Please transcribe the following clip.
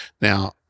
Now